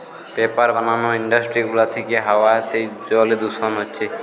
paper বানানার industry গুলা থিকে হাওয়াতে জলে দূষণ হচ্ছে